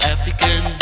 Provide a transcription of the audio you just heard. African